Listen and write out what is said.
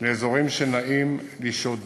לאזורים שנעים לשהות בהם.